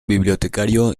bibliotecario